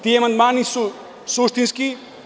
Ti amandmani su suštinski.